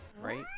right